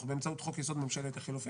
אנחנו באמצעות חוק-יסוד ממשלת החילופים